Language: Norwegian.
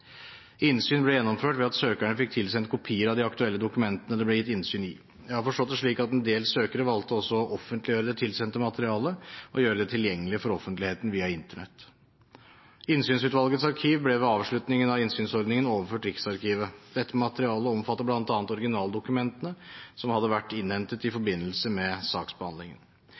Innsyn ble gjennomført ved at søkerne fikk tilsendt kopier av de aktuelle dokumentene det ble gitt innsyn i. Jeg har forstått det slik at en del søkere også valgte å offentliggjøre det tilsendte materialet – å gjøre det tilgjengelig for offentligheten via Internett. Innsynsutvalgets arkiv ble ved avslutningen av innsynsordningen overført Riksarkivet. Dette materialet omfatter bl.a. originaldokumentene, som hadde vært innhentet i forbindelse med saksbehandlingen.